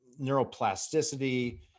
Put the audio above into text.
neuroplasticity